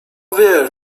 wie